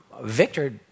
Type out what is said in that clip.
Victor